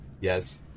Yes